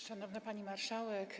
Szanowna Pani Marszałek!